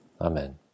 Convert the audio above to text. Amen